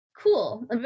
cool